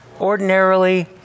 ordinarily